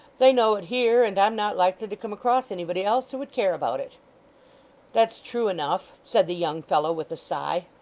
they know it here, and i'm not likely to come across anybody else who would care about it that's true enough said the young fellow with a sigh.